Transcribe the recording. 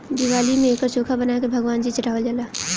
दिवाली में एकर चोखा बना के भगवान जी चढ़ावल जाला